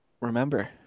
remember